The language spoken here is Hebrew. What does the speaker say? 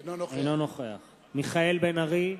אינו נוכח מיכאל בן-ארי,